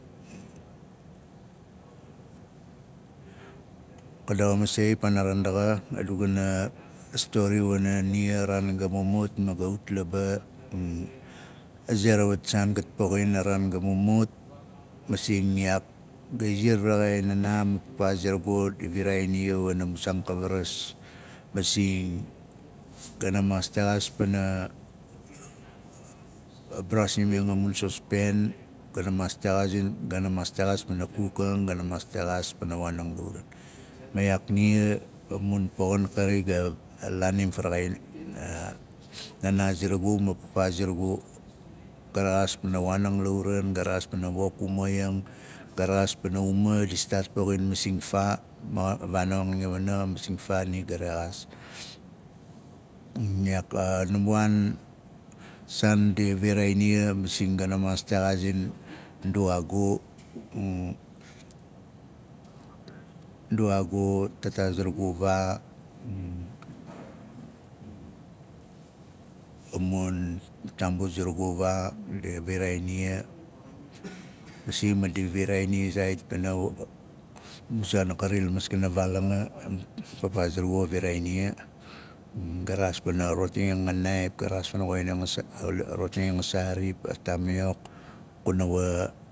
Ka daxa masei paana raan daxa a du gana stori wana nia araan ga mumut ma ga ut laba a ze ra wat saan gat poxin a raan ga mumut masing iyaak ga iziar varaxai naanaa ma papaa zurugu di viraai nia wana nuu saan ka raras masing gana maas texaas pana a braasim aang a mun sospen gana maas texaasia aana maaas texaas pana kuk ang gana maas lexaas pana waan ang la uran ma iyaak nia a mur poxin kari ga laainim faraxain a- a haanaa zurugu ma papaa zurugu ga rexaas waan ang la uran ga rexaas pana wok uma iyang ga rexaas pana uma dit staat poxin masing faa ma a vaanong i wana xa masing faa ni ga rexaas ma iyaak a naamba waan saandi viraan ma masing gana maas texaazin nduaagu nduaagu taataa zurugu vaa a mun taambu zarugu vaa di viraai nia masing ma di viraai nia zaait pana u- mu saan a kari la maskana vaal anga papaa zurugu xa viraai ma pana woxin a sa- a rotang ang a saarip a taamiok kuna wa